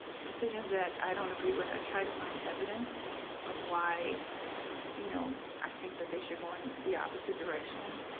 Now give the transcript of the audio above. decisions that i don't agree with, i try to find evidence of why you know i think that they should go in the opposite direction,